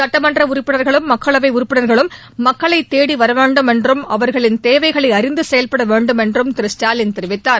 சுட்டமன்ற உறுப்பினர்களும் மக்களவை உறுப்பினர்களும் மக்களைத் தேடி வர் வேண்டுமென்றும் அவர்களின் தேவைகளை அறிந்து செயல்பட வேண்டுமென்றும் திரு ஸ்டாலின் தெரிவித்தார்